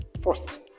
First